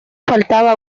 faltaba